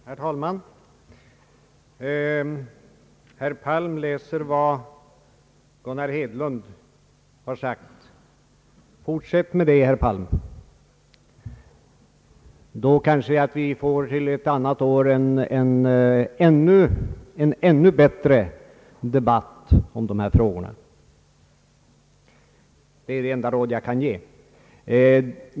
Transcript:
Herr talman! Herr Palm läser vad Gunnar Hedlund har sagt. Fortsätt med det, herr Palm! Då kanske vi till ett annat år får en ännu bättre debatt om dessa frågor. Det är det enda råd jag kan ge.